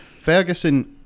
Ferguson